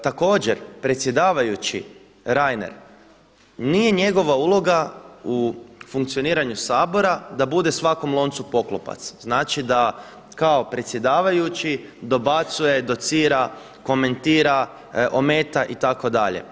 Također predsjedavajući Reiner nije njegova uloga u funkcioniranju Sabora da bude svakom loncu poklopac, znači da kao predsjedavajući dobacuje, docira, komentira, ometa itd.